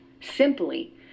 simply